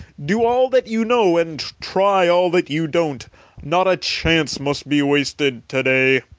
do all that you know, and try all that you don't not a chance must be wasted to-day!